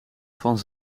van